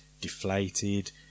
Deflated